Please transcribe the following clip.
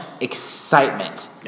excitement